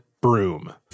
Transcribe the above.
broom